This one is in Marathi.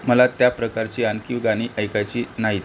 मला त्याप्रकारची आनकीव गाणी ऐकायची नाहीत